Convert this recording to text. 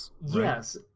Yes